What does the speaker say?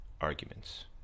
arguments